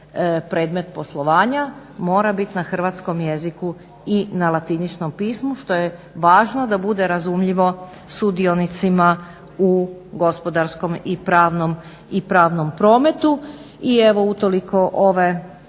predmet poslovanja, mora bit na hrvatskom jeziku i na latiničnom pismu što je važno da bude razumljivo sudionicima u gospodarskom i pravnom prometu. I evo utoliko ove